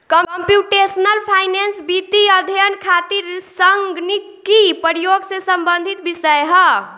computational finance वित्तीय अध्ययन खातिर संगणकीय प्रयोग से संबंधित विषय ह